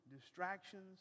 distractions